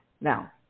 Now